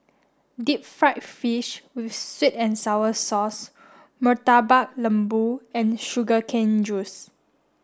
deep fried fish with sweet and sour sauce Murtabak Lembu and sugar cane juice